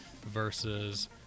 versus